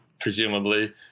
presumably